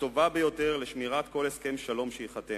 הטובה ביותר לשמירת כל הסכם שלום שייחתם.